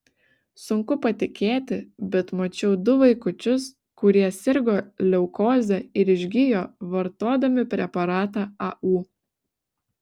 sunku patikėti bet mačiau du vaikučius kurie sirgo leukoze ir išgijo vartodami preparatą au